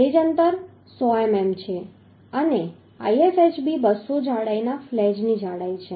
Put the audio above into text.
gauge અંતર 100 mm છે અને ISHB 200 જાડાઈના ફ્લેંજની જાડાઈ છે